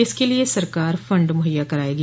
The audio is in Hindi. इसके लिए सरकार फंड मुहैया करायेगी